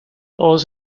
todos